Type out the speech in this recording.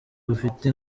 bufite